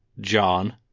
John